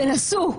תנסו.